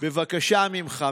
בבקשה ממך.